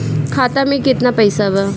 खाता में केतना पइसा बा?